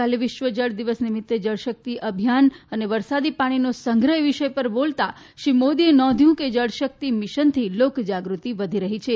ગઈકાલે વિશ્વ જળ દિવસ નિમિત્તે જળ શક્તિ અભિયાન અને વરસાદી પાણીનો સંગ્રહ એ વિષય પર બોલતાં શ્રી મોદીએ નોંધ્યું કે જળ શક્તિ મિશનથી લોકજાગૃતિ વધી રહી છે